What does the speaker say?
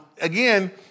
again